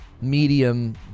medium